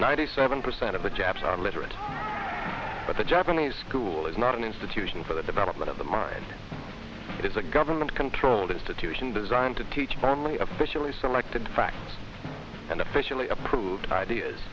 ninety seven percent of the japs are literate but the japanese school is not an institution for the development of the mind it is a government controlled institution designed to teach from the officially selected facts and officially approved ideas